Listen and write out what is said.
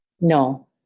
No